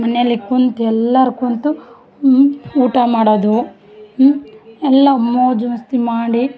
ಮನೆಯಲ್ಲಿ ಕುಂತು ಎಲ್ಲರು ಕೂತು ಊಟ ಮಾಡೋದು ಎಲ್ಲಾ ಮೋಜು ಮಸ್ತಿ ಮಾಡಿ